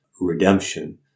redemption